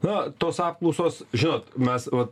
na tos apklausos žinot mes vat